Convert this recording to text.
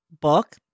book